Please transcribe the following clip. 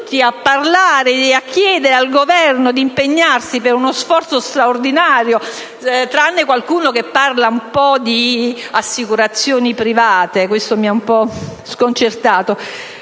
a parlare e a chiedere al Governo di impegnarsi per uno sforzo straordinario (tranne qualcuno che parla di assicurazioni private, questo mi ha un po' sconcertata),